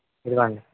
ఇదిగోండి